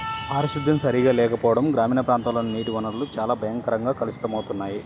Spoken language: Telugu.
పారిశుద్ధ్యం సరిగా లేకపోవడం గ్రామీణ ప్రాంతాల్లోని నీటి వనరులు చాలా భయంకరంగా కలుషితమవుతున్నాయి